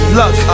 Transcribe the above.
luck